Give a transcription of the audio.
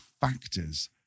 factors